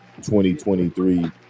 2023